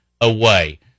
away